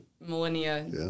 millennia